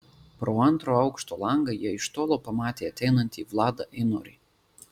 pro antro aukšto langą jie iš tolo pamatė ateinantį vladą einorį